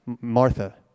Martha